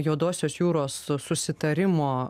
juodosios jūros susitarimo